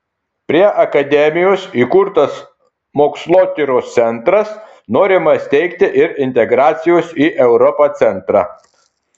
prie akademijos įkurtas mokslotyros centras norima steigti ir integracijos į europą centrą